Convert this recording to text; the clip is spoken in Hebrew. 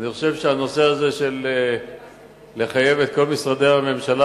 אני חושב שהנושא הזה של חיוב כל משרדי הממשלה